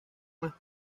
más